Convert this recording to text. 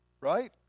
Right